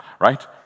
right